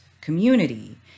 community